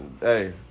hey